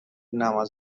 نماز